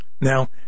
Now